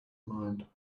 mind